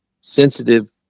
sensitive